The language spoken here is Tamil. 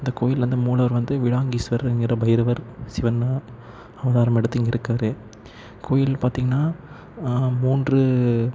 இந்த கோயில் வந்து மூலவர் வந்து விளாங்கீஸ்வர் என்கிற பைரவர் சிவன் தான் அவதாரம் எடுத்து இங்கே இருக்கார் கோயில் பார்த்தீங்கன்னா மூன்று